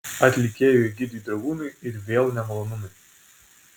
atlikėjui egidijui dragūnui ir vėl nemalonumai